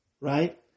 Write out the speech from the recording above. Right